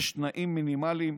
יש תנאים מינימליים,